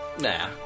Nah